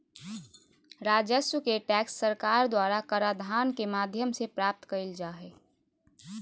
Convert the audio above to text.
राजस्व के टैक्स सरकार द्वारा कराधान के माध्यम से प्राप्त कइल जा हइ